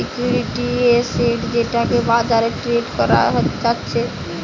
security asset যেটাকে বাজারে trade করা যাচ্ছে